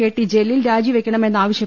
K T Jaleel രാജി വെക്കണമെന്നാവശ്യ